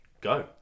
go